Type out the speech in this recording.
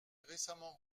récemment